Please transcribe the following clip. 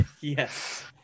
Yes